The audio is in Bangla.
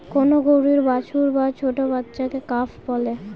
কোন গরুর বাছুর বা ছোট্ট বাচ্চাকে কাফ বলে